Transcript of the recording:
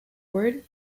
word